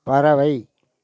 பறவை